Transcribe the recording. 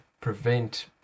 prevent